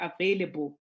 available